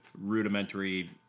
rudimentary